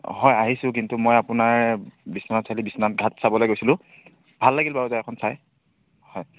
হয় আহিছোঁ কিন্তু মই আপোনাৰ বিশ্বনাথ চাৰিআলি বিশ্বনাথ ঘাট চাবলৈ গৈছিলোঁ ভাল লাগিল বাৰু জেগাকণ চাই হয়